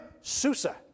Susa